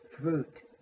fruit